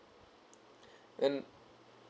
then